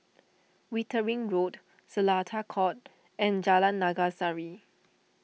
Wittering Road Seletar Court and Jalan Naga Sari